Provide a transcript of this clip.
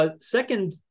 Second